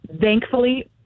Thankfully